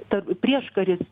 tarp prieškaris